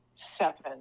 seven